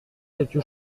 quelque